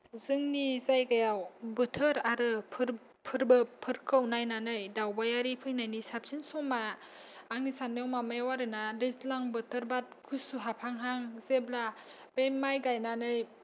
जोंनि जायगायाव बोथोर आरो फोरबो फोरबोफोरखौ नायनानै दावबायारि फैनायनि साबसिन समा आङो सानदों माबायाव आरोना दैज्लां बोथोर बा गुसु हाबहांहां जेब्ला बे माइ गायनानै